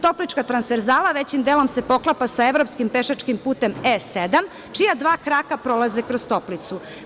Toplička transverzala većim delom se poklapa sa evropskim pešačkim putem E7, čija dva kraka prolaze kroz Toplicu.